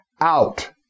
out